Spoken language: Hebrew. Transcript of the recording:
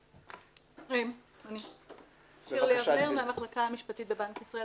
אני מן המחלקה המשפטית בבנק ישראל.